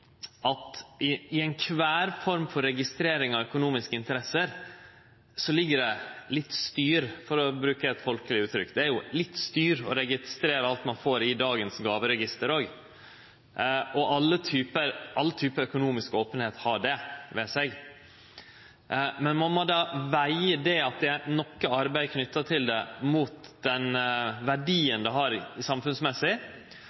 praktisere det på ein rimeleg måte. Eg er òg definitivt einig i at i alle former for registrering av økonomiske interesser ligg det litt «styr», for å bruke eit folkeleg uttrykk. Det er jo litt «styr» å registrere alt ein får, i dagens gåveregister òg. All type økonomisk openheit har det ved seg, men då må ein vege det at det er noko arbeid knytt til det mot den